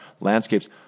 landscapes